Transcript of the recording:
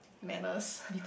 mammals